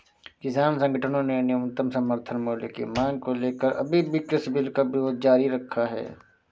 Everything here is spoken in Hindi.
किसान संगठनों ने न्यूनतम समर्थन मूल्य की मांग को लेकर अभी भी कृषि बिल का विरोध जारी रखा है